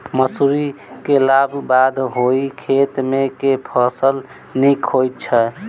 मसूरी केलाक बाद ओई खेत मे केँ फसल नीक होइत छै?